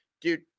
Dude